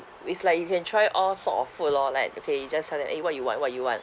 is like you can try all sort of food lor like okay you just tell them eh what you want what you want